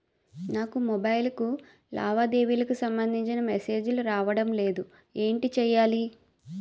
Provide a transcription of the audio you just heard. నాకు మొబైల్ కు లావాదేవీలకు సంబందించిన మేసేజిలు రావడం లేదు ఏంటి చేయాలి?